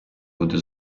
буде